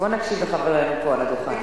בוא נקשיב לחברנו פה על הדוכן.